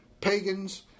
pagans